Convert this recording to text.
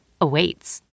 awaits